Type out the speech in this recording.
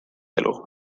elu